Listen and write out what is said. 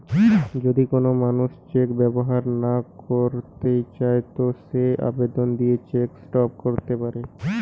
যদি কোন মানুষ চেক ব্যবহার না কইরতে চায় তো সে আবেদন দিয়ে চেক স্টপ ক্যরতে পারে